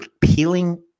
peeling